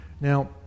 now